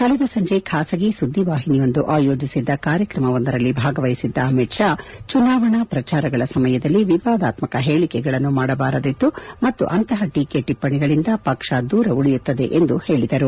ಕಳೆದ ಸಂಜೆ ಖಾಸಗಿ ಸುದ್ದಿವಾಹಿನಿಯೊಂದು ಆಯೋಜಿಸಿದ್ದ ಕಾರ್ಯಕ್ರಮವೊಂದರಲ್ಲಿ ಭಾಗವಹಿಸಿದ್ದ ಅಮಿತ್ ಶಾ ಚುನಾವಣಾ ಪ್ರಚಾರಗಳ ಸಮಯದಲ್ಲಿ ವಿವಾದಾತ್ತಕ ಹೇಳಕೆಗಳನ್ನು ಮಾಡಬಾರದಿತ್ತು ಮತ್ತು ಅಂತಹ ಟೀಕೆ ಟಿಪ್ಪಣಿಗಳಿಂದ ಪಕ್ಷ ದೂರವುಳಿಯುತ್ತದೆ ಎಂದು ಹೇಳಿದರು